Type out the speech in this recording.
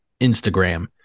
Instagram